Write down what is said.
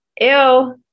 ew